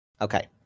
Okay